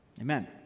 Amen